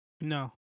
No